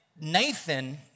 Nathan